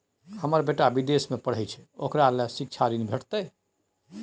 हमर बेटा विदेश में पढै छै ओकरा ले शिक्षा ऋण भेटतै?